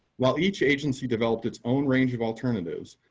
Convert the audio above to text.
while each agency developed its own range of alternatives,